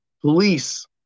police